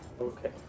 Okay